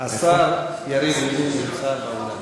השר יריב לוין נמצא באולם.